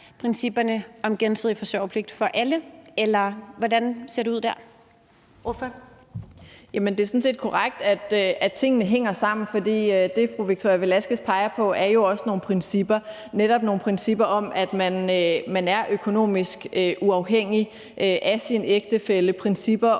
(Karen Ellemann): Ordføreren. Kl. 13:35 Samira Nawa (RV): Det er sådan set korrekt, at tingene hænger sammen. For det, fru Victoria Velasquez peger på, er jo også nogle principper, netop nogle principper om, at man er økonomisk uafhængig af sin ægtefælle, og principper